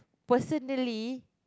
personally